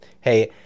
hey